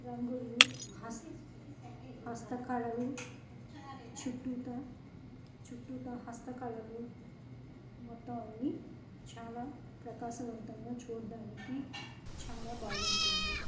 రంగులు హస్తకళలు చుట్టూ చుట్టూ హస్తకళలు మొత్తం అన్నిీ చాలా ప్రకాశవంతంగా చూడ్డానికి చాలా బాగుంటుంది